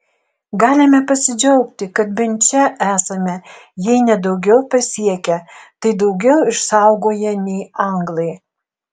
galime pasidžiaugti kad bent čia esame jei ne daugiau pasiekę tai daugiau išsaugoję nei anglai